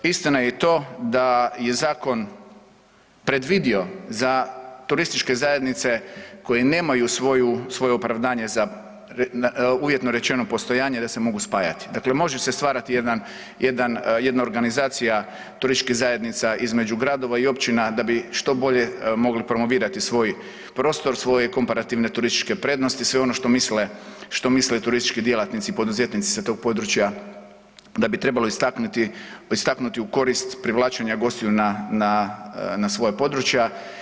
Istina je i to da je zakon predvidio za TZ koje nemaju svoje opravdanje za uvjetno rečeno postojanje da se mogu spajati, dakle može se stvarati jedna organizacija TZ između gradova i općina da bi što bolje mogli promovirati svoj prostor, svoje komparativne turističke prednosti, sve ono što misle turistički djelatnici, poduzetnici sa tog područja da bi trebalo istaknuti u korist privlačenja gostiju na svoja područja.